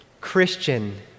Christian